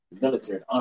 military